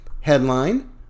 headline